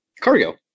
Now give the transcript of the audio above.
cargo